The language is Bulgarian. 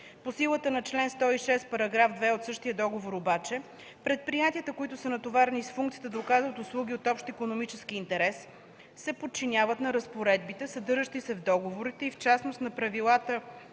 По силата на чл. 106, параграф 2 от същия договор обаче „Предприятията, които са натоварени с функцията да оказват услуги от общ икономически интерес се подчиняват на разпоредбите, съдържащи се в договорите, и в частност на правилата